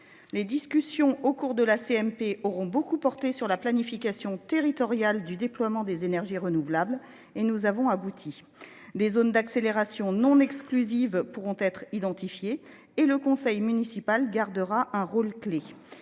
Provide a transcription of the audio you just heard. Les discussions au cours de la CMP auront beaucoup porté sur la planification territoriale du déploiement des énergies renouvelables et nous avons abouti des zones d'accélération non exclusive pourront être identifiés et le conseil municipal gardera un rôle clé